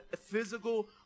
physical